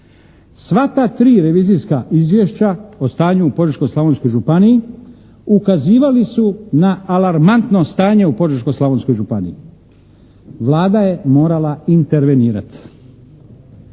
Sva ta tri revizijska izvješća o stanju u Požeško-Slavonskoj županiji ukazivali su na alarmantno stanje u Požeško-Slavonskoj županiji. Vlada je morala intervenirati.